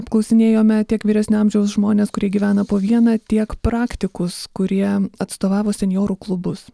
apklausinėjome tiek vyresnio amžiaus žmones kurie gyvena po vieną tiek praktikus kurie atstovavo senjorų klubus